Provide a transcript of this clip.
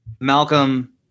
Malcolm